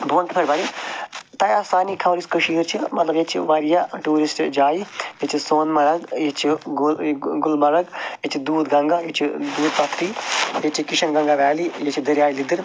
بہٕ وَنہٕ کِتھ پٲٹھۍ بَڑِ تۄہہِ آسہِ سارنٕے خبر یۄس کٔشیٖر چھِ مطلب ییٚتہِ چھِ واریاہ ٹیٛوٗرِسٹہٕ جایہِ ییٚتہِ چھِ سونہٕ مرگ ییٚتہِ چھِ گُلمرگ ییٚتہِ چھِ دوٗدھ گنگا ییٚتہِ چھِ دوٗدھ پتھری ییٚتہِ چھِ کِشَن گنگا ویلی ییٚتہِ چھِ دریایہِ لِدٕر